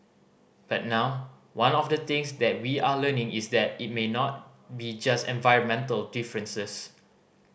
but now one of the things that we are learning is that it may not be just environmental differences